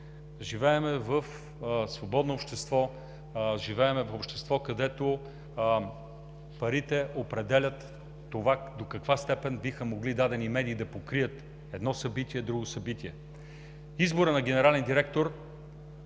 Живеем в свободно общество, живеем в общество, където парите определят това до каква степен биха могли дадени медии да покрият едно събитие, друго събитие. За избора на генерален директор